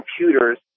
computers